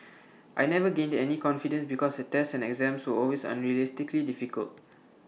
I never gained any confidence because the tests and exams were always unrealistically difficult